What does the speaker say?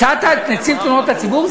הצעת את נציג תלונות הציבור?